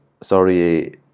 sorry